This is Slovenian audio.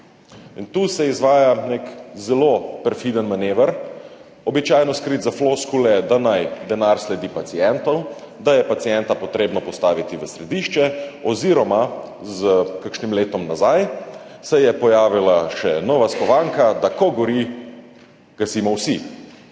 In tu se izvaja nek zelo perfiden manever, običajno skrit za floskule, da naj denar sledi pacientu, da je pacienta potrebno postaviti v središče oziroma se je kakšno leto nazaj pojavila še nova skovanka, da ko gori, gasimo vsi.